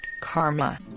karma